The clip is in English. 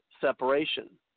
separation